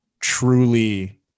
truly